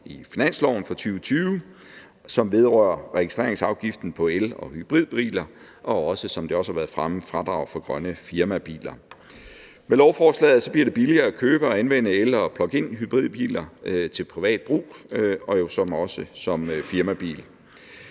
i finansloven for 2020, som vedrører registreringsafgiften på el- og hybridbiler og, som det har været fremme, også fradrag for grønne firmabiler. Med lovforslaget bliver det billigere at købe og anvende el- og pluginhybridbiler til privat brug og jo også som firmabil.